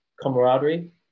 camaraderie